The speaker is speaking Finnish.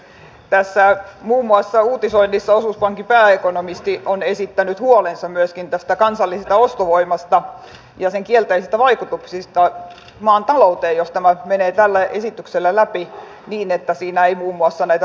uutisoinnissa muun muassa osuuspankin pääekonomisti on esittänyt huolensa myöskin tästä kansallisen ostovoiman kehityksestä ja sen kielteisistä vaikutuksista maan talouteen jos tämä menee tällä esityksellä läpi niin että siinä ei muun muassa näitä veronalennuksia ole